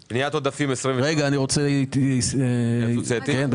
אני רוצה התייעצות סיעתית.